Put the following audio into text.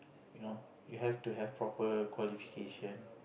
you know you have to have proper qualification